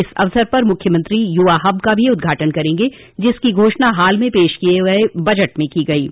इस अवसर पर मुख्यमंत्री युवा हब का भी उद्घाटन करेंगे जिसकी घोषणा हाल में पेश किये गये बजट में गई है